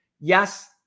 Yes